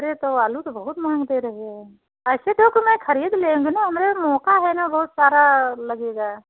अरे तो आलू तो बहुत महँग दे रही हो ऐसे दो कि मैं खरीद लेंहूँ ना हमरे मौका है ना बहुत सारा लगेगा